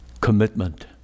commitment